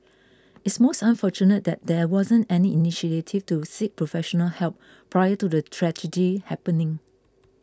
it's most unfortunate that there wasn't any initiative to seek professional help prior to the tragedy happening